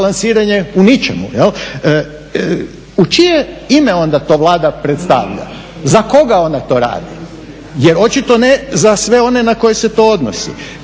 U čije ime onda to Vlada predstavlja, za koga ona to radi? Jer očito ne za sve one na koje se to odnosi.